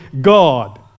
God